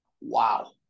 Wow